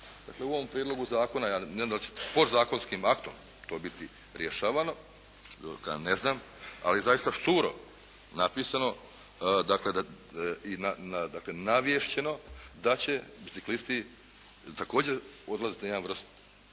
Dakle, u ovom prijedlogu zakona ja ne znam da li ćete, podzakonskim aktom to biti rješavano, to ja ne znam, ali zaista šturo napisano dakle navješćeno da će biciklisti također odlaziti na jedan vrst